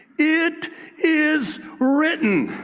it is written.